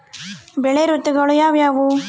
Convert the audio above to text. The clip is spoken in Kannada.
ಬೆಳೆ ಋತುಗಳು ಯಾವ್ಯಾವು?